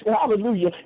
hallelujah